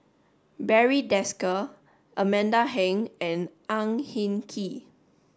Barry Desker Amanda Heng and Ang Hin Kee